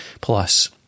plus